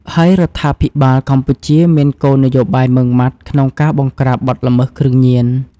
ហើយរដ្ឋាភិបាលកម្ពុជាមានគោលនយោបាយម៉ឺងម៉ាត់ក្នុងការបង្ក្រាបបទល្មើសគ្រឿងញៀន។